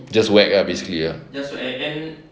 just whack ah basically ah